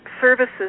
services